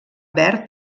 verd